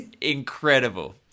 incredible